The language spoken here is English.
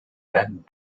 that